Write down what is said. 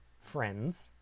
friends